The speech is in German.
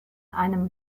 einem